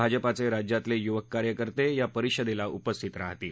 भाजपाचे राज्यातले युवक कार्यकर्ते या परिषदेला उपस्थित राहतील